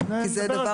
תעתיק.